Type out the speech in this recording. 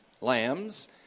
lambs